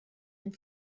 and